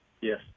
Yes